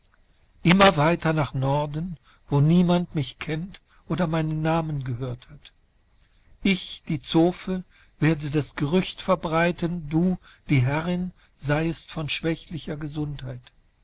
immer weiter und weiter dahin wo wiemeinguternarrvondoktorsagt dielufterfrischendundbelebendist immerweiternachnorden woniemandmichkenntodermeinennamengehörthat ich die zofe werde das gerücht verbreiten du die herrin seiest von schwächlicher gesundheit